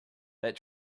that